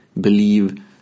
believe